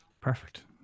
Perfect